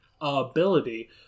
ability